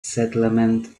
settlement